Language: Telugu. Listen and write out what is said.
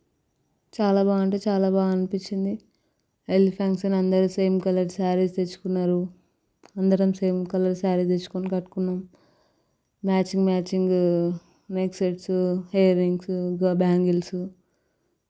చాలా బాగుంటే చాలా బాగా అనిపించింది హల్దీ ఫంక్షన్ అందరు సేమ్ కలర్ శ్యారీస్ తెచ్చుకున్నారు అందరం సేమ్ కలర్ శ్యారీస్ తెచ్చుకొని కట్టుకున్నాం matching matching neck sets earrings bangles